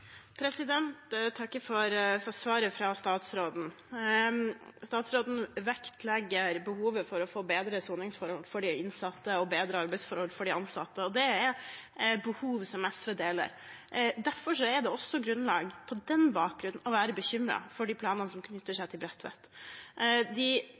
Jeg takker for svaret fra statsråden. Statsråden vektlegger behovet for å få bedre soningsforhold for de innsatte og bedre arbeidsforhold for de ansatte, og det er behov som SV deler. Også på den bakgrunn er det grunn til å være bekymret for de planene som knytter seg til Bredtvet. De